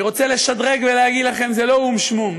אני רוצה לשדרג ולהגיד לכם: זה לא או"ם-שמום,